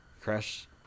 crash